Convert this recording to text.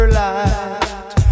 light